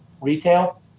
retail